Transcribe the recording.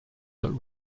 that